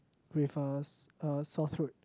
with a s~ a sore throat